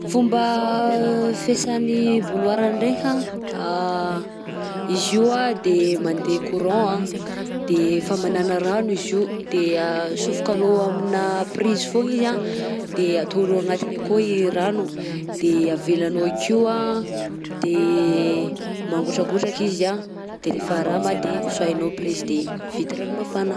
Fomba fiasan'ny bouilloire ndraika, izy io anh de mandeha courant anh, de famanana rano izy io, de atsofokanao aminà prizy foagna izy anh de ataonao agnatiny akao i rano, de avelanao akeo de mangotrangotraka izy anh, de rehefa rama de soahinao prizy de vita rano mafana.